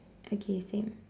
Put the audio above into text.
okay same